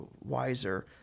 wiser